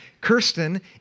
Kirsten